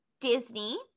Disney